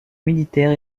militaire